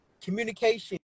Communication